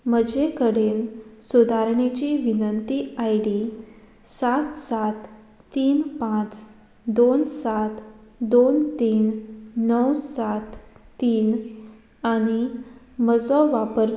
म्हजे कडेन सुदारणेची विनंती आय डी सात सात तीन पांच दोन सात दोन तीन णव सात तीन आनी म्हजो वापर